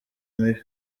mibi